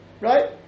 right